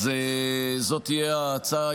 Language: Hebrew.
אז זו תהיה ההצעה,